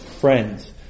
Friends